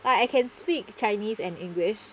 I I can speak chinese and english